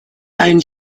ein